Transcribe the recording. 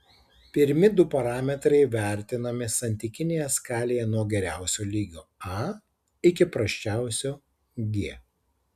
pirmi du parametrai vertinami santykinėje skalėje nuo geriausio lygio a iki prasčiausio g